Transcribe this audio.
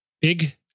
Big